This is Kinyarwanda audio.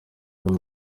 ibiri